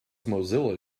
mozilla